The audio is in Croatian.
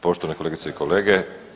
Poštovane kolegice i kolege.